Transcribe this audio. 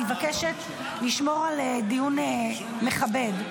אני מבקשת לשמור על דיון מכבד,